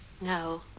No